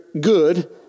good